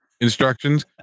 instructions